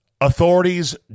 Authorities